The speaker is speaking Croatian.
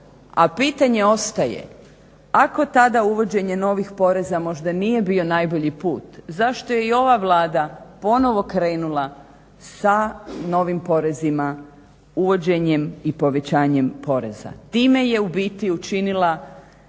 a pitanje ostaje. Ako tada uvođenje novih poreza možda nije bio najbolji put zašto je i ova Vlada ponovo krenula sa novim porezima uvođenjem i povećanjem poreza. Time je u biti učinila